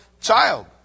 child